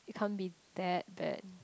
it can't be that bad